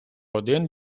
один